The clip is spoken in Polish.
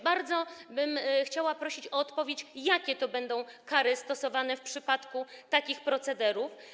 Bardzo bym chciała prosić o odpowiedź, jakie będą kary stosowane w przypadku takich procederów.